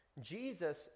Jesus